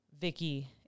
Vicky